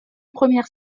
premières